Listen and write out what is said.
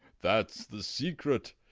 that's the secret.